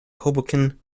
hoboken